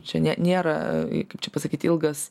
čia ne nėra kaip čia pasakyti ilgas